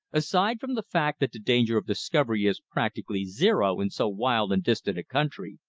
aside from the fact that the danger of discovery is practically zero in so wild and distant a country,